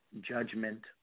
judgment